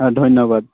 হয় ধন্যবাদ